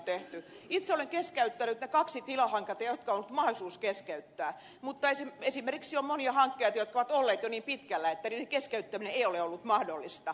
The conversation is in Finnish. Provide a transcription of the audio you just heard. itse olen keskeyttänyt ne kaksi tilahanketta jotka on ollut mahdollisuus keskeyttää mutta esimerkiksi on monia hankkeita jotka ovat olleet jo niin pitkällä että niiden keskeyttäminen ei ole ollut mahdollista